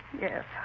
Yes